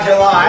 July